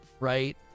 Right